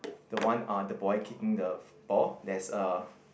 the one uh the boy kicking the ball there's a